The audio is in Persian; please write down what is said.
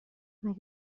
مگه